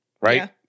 right